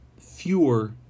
fewer